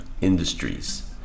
industries